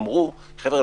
אמרו: חבר'ה,